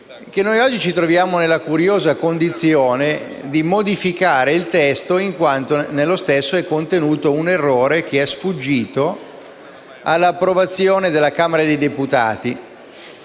infatti, ci troviamo nella curiosa condizione di modificare il testo in quanto nello stesso è contenuto un errore che è sfuggito all'approvazione della Camera dei deputati.